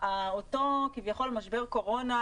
אותו משבר קורונה,